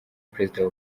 perezida